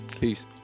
Peace